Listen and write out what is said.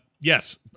yes